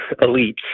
elites